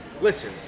listen